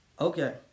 Okay